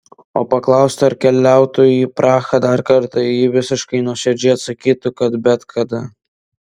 o paklausta ar keliautų į prahą dar kartą ji visiškai nuoširdžiai atsakytų kad bet kada